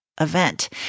event